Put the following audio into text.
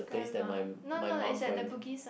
grandma no no is at the Bugis one